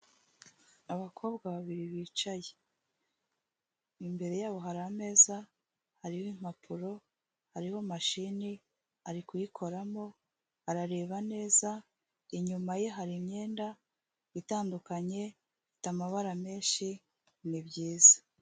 Abakobwa babiri bicaye, imbere yabo hari ameza, hariho impapuro, hariho mashini, ari kuyikoramo, arareba neza, inyuma ye hari imyenda itandukanye ifite amabara menshi, ni byiza.